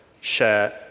share